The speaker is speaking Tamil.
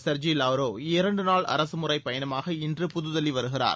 செர்ஜி வாவ்ரோவ் இரண்டு நாள் அரசு முறைப் பயணமாக இன்று புதுதில்லி வருகிறார்